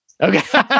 Okay